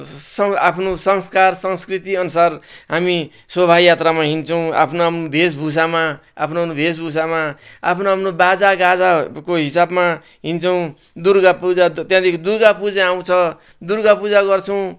आफ्नो संस्कार संस्कृतिअनसार हामी शोभायात्रामा हिँड्छौँ आफ्नो भेषभूषामा आफ्नो भेषभूषामा आफ्नो आफ्नो बाजागाजाको हिसाबमा हिँड्छौँ दुर्गा पुजा त्यहाँदेखि दुर्गा पुजा आउँछ दुर्गा पुजा गर्छौं